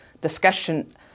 discussion